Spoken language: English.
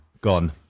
gone